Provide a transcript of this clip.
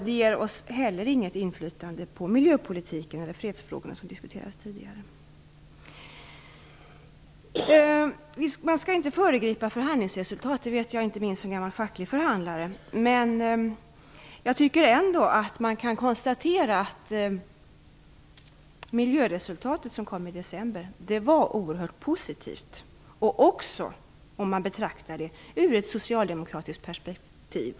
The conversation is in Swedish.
Det ger oss heller inte något inflytande på miljöpolitiken eller i fredsfrågorna, som tidigare diskuterats. Att man inte skall föregripa förhandlingsresultat vet jag, inte minst som jag varit facklig förhandlare. Men jag tycker ändå att det kan konstateras att miljöresultatet från december var oerhört positivt, också betraktat i ett socialdemokratiskt perspektiv.